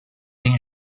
指令